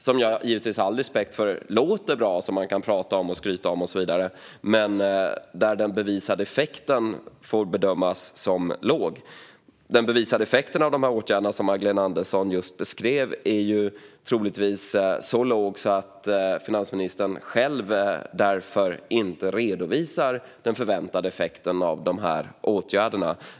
Jag har givetvis all respekt för att de låter bra och att man kan prata om dem, skryta med dem och så vidare, men deras bevisade effekt får bedömas som låg. Den bevisade effekten av de åtgärder som Magdalena Andersson just beskrev är troligtvis så låg att finansministern själv därför inte redovisar den förväntade effekten av åtgärderna.